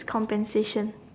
compensation